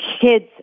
kids